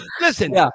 listen